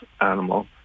animal